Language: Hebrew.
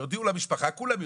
כשהודיעו למשפחה כולם יודעים.